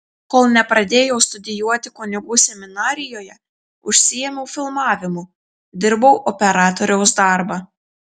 kol nepradėjau studijuoti kunigų seminarijoje užsiėmiau filmavimu dirbau operatoriaus darbą